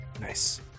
nice